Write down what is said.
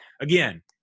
Again